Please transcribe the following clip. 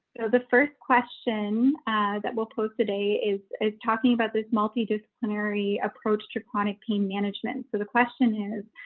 the first question that we'll post today is is talking about this multi-disciplinary approach to chronic pain management. so the question is,